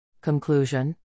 Conclusion